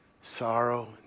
sorrow